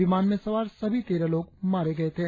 विमान में सवार सभी तेरह लोग मारे गए थे